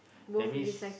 that means